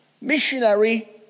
missionary